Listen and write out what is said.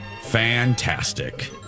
fantastic